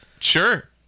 Sure